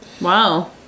Wow